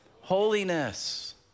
Holiness